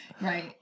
Right